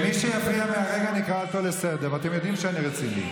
לא ייאמן ששריון לנשים זה עניין שוביניסטי.